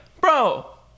bro